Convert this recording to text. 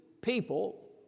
people